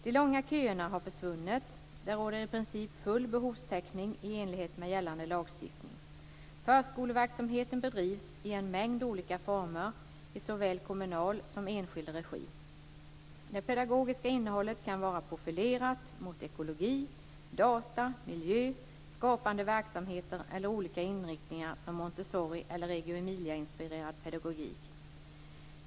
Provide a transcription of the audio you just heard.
De långa köerna har försvunnit. Det råder i princip full behovstäckning i enlighet med gällande lagstiftning. Förskoleverksamheten bedrivs i en mängd olika former i såväl kommunal som enskild regi. Det pedagogiska innehållet kan vara profilerat mot ekologi, data, miljö, skapande verksamheter eller olika inriktningar som Montessori eller Reggio Emilia-inspirerad pedagogik.